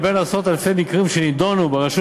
מבין עשרות-אלפי מקרים שנדונו ברשות